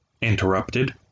interrupted